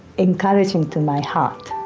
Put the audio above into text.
encouraging to my heart.